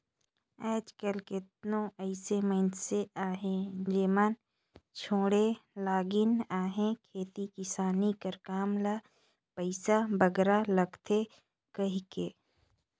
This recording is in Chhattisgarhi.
आएज काएल केतनो अइसे मइनसे अहें जेमन छोंड़े लगिन अहें खेती किसानी कर काम ल पइसा बगरा लागथे कहिके